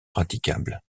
praticable